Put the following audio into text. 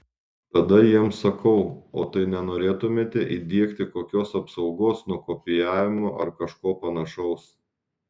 tada jiems sakau o tai nenorėtumėte įdiegti kokios apsaugos nuo kopijavimo ar kažko panašaus